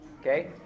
Okay